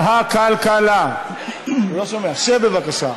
שר הכלכלה, הוא לא שומע, שב, בבקשה.